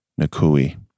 Nakui